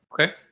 Okay